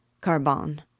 Carbon